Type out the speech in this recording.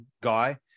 guy